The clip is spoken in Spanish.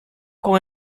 con